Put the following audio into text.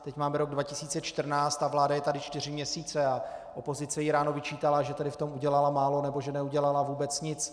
Teď máme rok 2014, vláda je tady čtyři měsíce a opozice jí ráno vyčítala, že v tom udělala málo, nebo že neudělala vůbec nic.